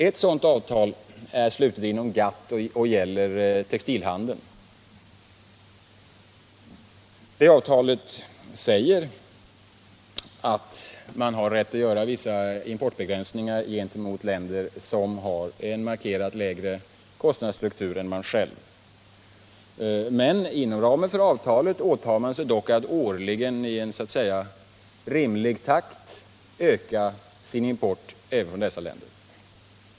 Ett sådan avtal är slutet av GATT och gäller textilhandeln. Det avtalet säger att man har rätt att göra vissa importbegränsningar gentemot länder som har en markerat lägre kostnadsstruktur än man själv. Men inom ramen för avtalet åtar man sig att årligen och i rimlig takt öka sin import även från dessa länder.